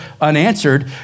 unanswered